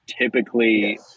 typically